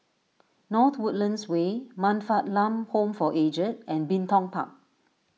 North Woodlands Way Man Fatt Lam Home for Aged and Bin Tong Park